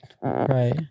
Right